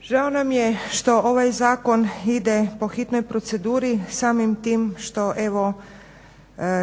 Žao nam je što ovaj zakon ide po hitnoj proceduri samim tim što evo